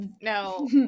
no